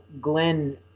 Glenn